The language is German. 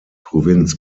provinz